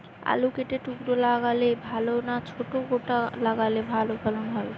আলু কেটে টুকরো লাগালে ভাল না ছোট গোটা লাগালে ফলন ভালো হবে?